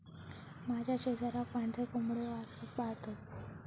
माझ्या शेजाराक पांढरे कोंबड्यो पाळतत